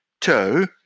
Two